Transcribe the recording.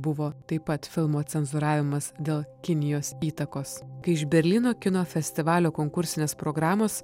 buvo taip pat filmo cenzūravimas dėl kinijos įtakos kai iš berlyno kino festivalio konkursinės programos